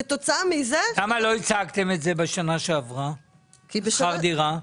כתוצאה מזה --- למה לא הצגתם את זה בשנה שעברה שכר דירה?